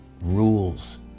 rules